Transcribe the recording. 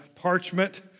parchment